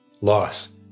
loss